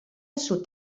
sud